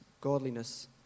godliness